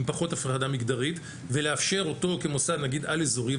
פחות הפרדה מגדרית ולאפשר אותו כמוסד נגיד על-אזורי,